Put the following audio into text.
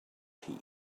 tea